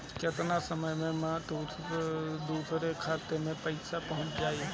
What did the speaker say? केतना समय मं दूसरे के खाता मे पईसा पहुंच जाई?